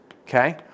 okay